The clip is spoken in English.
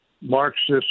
Marxist